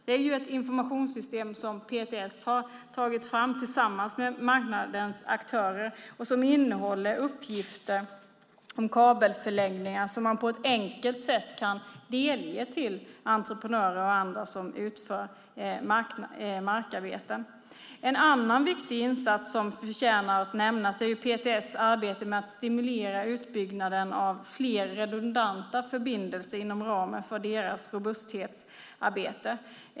Det är ett informationssystem som PTS har tagit fram tillsammans med marknadens aktörer och som innehåller uppgifter om kabelförläggningar som man på ett enkelt sätt kan delge entreprenörer och andra som utför markarbeten. En annan viktig insats som förtjänar att nämnas är PTS arbete med att stimulera utbyggnaden av fler redundanta förbindelser inom ramen för sitt robusthetsarbete.